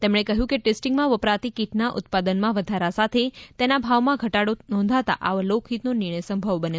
તેમણે કહ્યું હતું કે ટેસ્ટિંગમાં વપરાતી કીટના ઉત્પાદનમાં વધારા સાથે તેના ભાવમાં ઘટાડી નોંધાતા આવો લોક હિતનો નિર્ણય સંભવ બન્યો છે